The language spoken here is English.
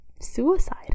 suicide